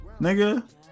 Nigga